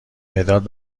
مداد